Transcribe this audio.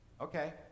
Okay